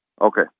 Okay